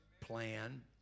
plan